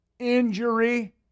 Injury